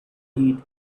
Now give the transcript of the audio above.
heat